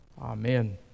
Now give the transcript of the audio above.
Amen